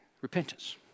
Repentance